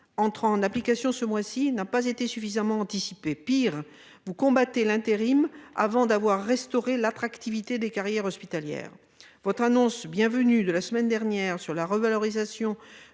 entre en application ce mois-ci, n'a pas été suffisamment anticipée. Pire, vous combattez l'intérim avant d'avoir restauré l'attractivité des carrières hospitalières. Votre annonce, bienvenue, de la semaine dernière relative à la revalorisation